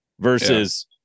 versus